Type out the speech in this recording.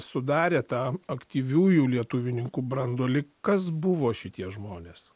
sudarė tą aktyviųjų lietuvininkų branduolį kas buvo šitie žmonės